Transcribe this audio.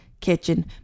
kitchen